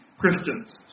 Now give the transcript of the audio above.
Christians